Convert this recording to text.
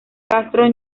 castro